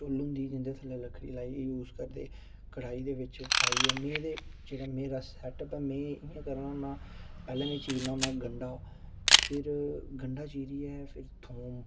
चु'ल्ल होंदी जिं'दे थ'ल्लै लकड़ी लाई यूज़ करदे कड़ाई दे बिच आइयै में ते जेह्ड़ा मेरा सेट ते में इ'यां करना होना पैह्लें में चीरना होना गंडा फिर गंडा चीरियै फिर थोम